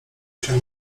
się